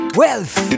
wealth